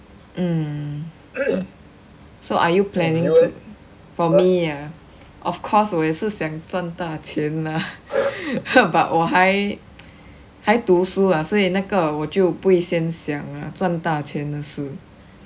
mm so are you planning to for me ya of course 我也是想赚大钱 lah but 我还还读书 lah 所以那个我就不会先想 lah 赚大钱的事 but then maybe I can help people like when